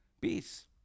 peace